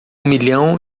milhão